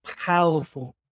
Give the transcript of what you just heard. powerful